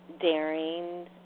daring